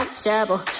trouble